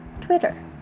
twitter